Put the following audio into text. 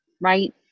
right